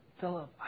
Philip